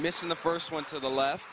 miss in the first one to the left